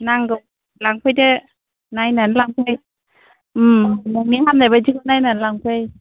नांगौ लांफैदो नायनानै लांफै नोंनि हामनाय बायदिखौ नायनानै लांफै